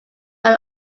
than